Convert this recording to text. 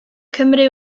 cymru